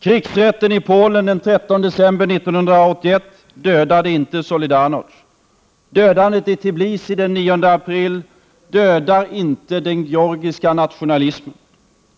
Krigsrätten i Polen den 13 december 1981 dödade inte Solidarno§é. Dödandet i Tbilisi den 9 april dödar inte den georgiska nationalismen.